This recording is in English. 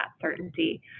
certainty